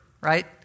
right